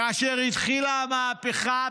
כאשר התחילה המהפכה,